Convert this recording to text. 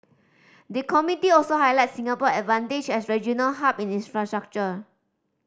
the committee also highlighted Singapore advantage as regional hub in infrastructure